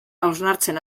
hausnartzen